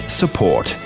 support